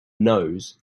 nose